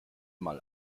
mal